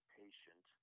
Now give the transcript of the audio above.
patient